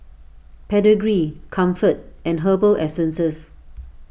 Pedigree Comfort and Herbal Essences